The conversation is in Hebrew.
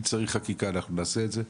אם צריך חקיקה, אנחנו נעשה את זה.